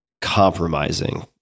compromising